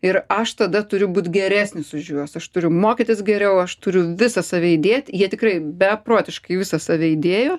ir aš tada turiu būt geresnis už juos aš turiu mokytis geriau aš turiu visą save įdėt jie tikrai beprotiškai visą save įdėjo